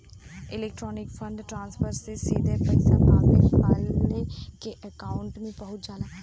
electronic fund transfer से सीधे पइसा पावे वाले के अकांउट में पहुंच जाला